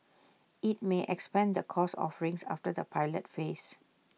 IT may expand the course offerings after the pilot phase